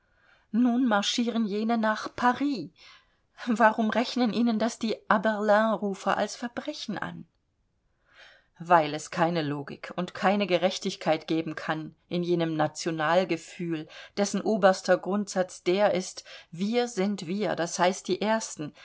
nun marschieren jene nach paris warum rechnen ihnen das die berlin rufer als verbrechen an weil es keine logik und keine gerechtigkeit geben kann in jenem nationalgefühl dessen oberster grundsatz der ist wir sind wir das heißt die ersten